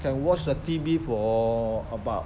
can watch the T_V for about